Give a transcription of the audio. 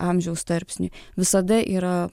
amžiaus tarpsniui visada yra